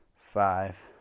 five